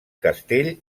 castell